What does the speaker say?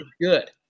good